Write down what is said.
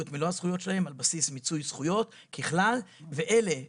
את מלוא הזכויות שלהם על בסיס מיצוי זכויות ככלל ואלה שחלשים,